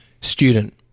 student